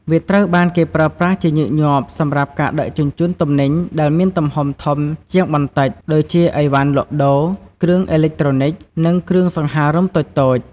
វាត្រូវបានគេប្រើប្រាស់ជាញឹកញាប់សម្រាប់ការដឹកជញ្ជូនទំនិញដែលមានទំហំធំជាងបន្តិចដូចជាឥវ៉ាន់លក់ដូរ គ្រឿងអេឡិចត្រូនិច ឬគ្រឿងសង្ហារឹមតូចៗ។